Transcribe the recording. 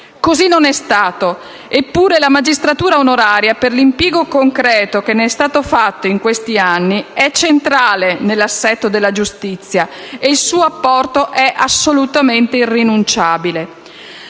Così non è stato. Eppure la magistratura onoraria, per l'impiego concreto che ne è stato fatto in questi anni, è centrale nell'assetto della giustizia e il suo apporto è assolutamente irrinunciabile.